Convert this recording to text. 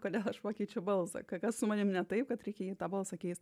kodėl aš pakeičiau balsą ka kas su manimi ne taip kad reikėjo tą balsą keist